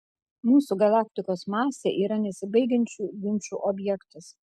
mūsų galaktikos masė yra nesibaigiančių ginčų objektas